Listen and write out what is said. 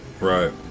Right